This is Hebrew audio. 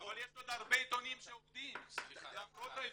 אבל יש עוד ה רבה עיתונים שעובדים, למרות ההפסדים.